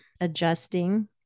adjusting